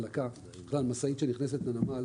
משאית שנכנסת לנמל